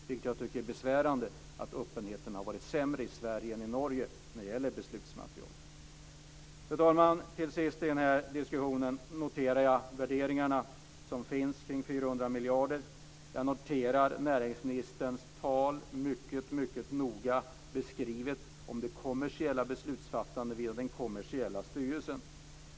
Jag tycker att det är besvärande att öppenheten har varit sämre i Sverige än i Norge när det gäller beslutsmaterialet. Fru talman! Till sist i den här diskussionen noterar jag de värderingar som finns kring 400 miljarder. Jag noterar näringsministerns tal mycket noga när han beskriver det kommersiella beslutsfattandet via den kommersiella styrelsen.